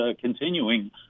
continuing